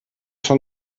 von